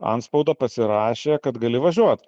antspaudą pasirašė kad gali važiuot